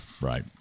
right